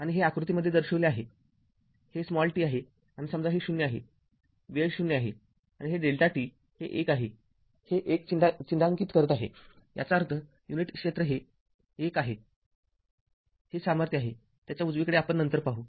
आणि हे आकृतीमध्ये दर्शविले आहे हे t आहे आणि समजा हे ० आहे वेळ ० आहे आणि हे Δ t आहे हे १ आहे हे १ चिन्हांकित करत आहे याचा अर्थ युनिट क्षेत्र १ आहे हे सामर्थ्य आहे त्याच्या उजवीकडे आपण नंतर पाहू